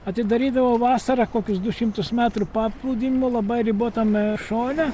atidarydavo vasarą kokius du šimtus metrų paplūdimio labai ribotame šone